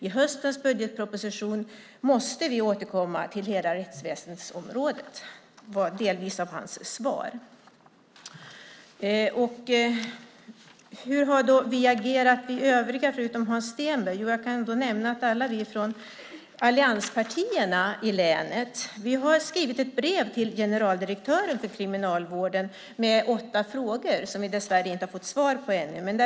I höstens budgetproposition måste vi återkomma till hela rättsväsensområdet." Det var en del av hans svar. Hur har då vi övriga utöver Hans Stenberg agerat? Jag kan nämna att alla vi från allianspartierna i länet har skrivit ett brev till generaldirektören för Kriminalvården med åtta frågor som vi dessvärre inte har fått svar på ännu.